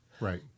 Right